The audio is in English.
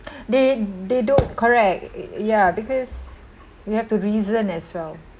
they they don't correct ya because you have to reason as well